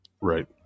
Right